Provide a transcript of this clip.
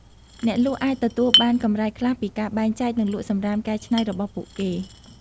អ្នកលក់អាចទទួលបានកម្រៃខ្លះពីការបែងចែក និងលក់សំរាមកែច្នៃរបស់ពួកគេ។